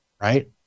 right